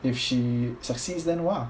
if she succeeds then !wah!